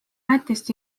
lätist